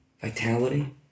vitality